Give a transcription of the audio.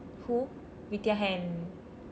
who vidya hair and